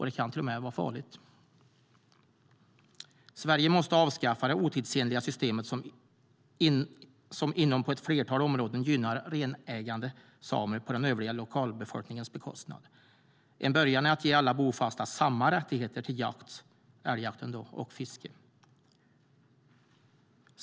Det kan till och med vara farligt. Sverige måste avskaffa det otidsenliga systemet, som på ett flertal områden gynnar renägande samer på den övriga lokalbefolkningens bekostnad. En början är att ge alla bofasta samma rättigheter till jakt - älgjakt - och fiske.